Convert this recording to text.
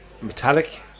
metallic